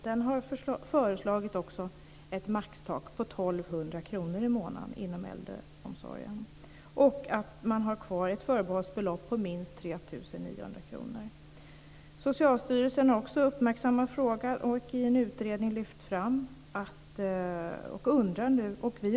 Den har föreslagit ett maxtak på 1 200 kr i månaden inom äldreomsorgen, och att man har kvar ett förbehållsbelopp på minst 3 900 kr. Socialstyrelsen har också uppmärksammat frågan och i en utredning lyft fram den.